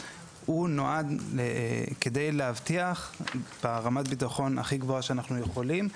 נועד כדי להבטיח ברמת ביטחון הכי גבוהה שאנחנו יכולים,